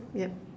yup